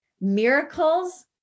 Miracles